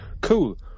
Cool